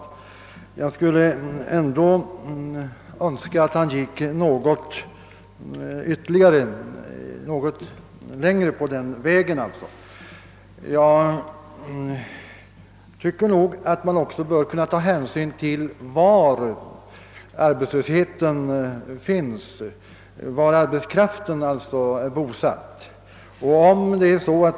Men jag skulle önska att inrikesministern gick något längre, och jag tycker att han också bör kunna ta hänsyn till var den arbetskraft, som saknar arbete, är bosatt.